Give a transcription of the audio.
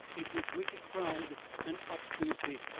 it was wicked pride and obstinacy.